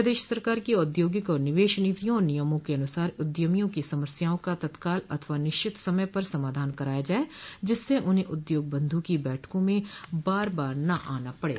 प्रदेश सरकार की औद्योगिक और निवेश नीतियों और नियमों के अनुसार उद्यमियों की समस्याओं का तत्काल अथवा निश्चित समय पर समाधान कराया जाये जिससे उन्हें उद्योग बन्धु की बैठकों में बार बार न आना पड़े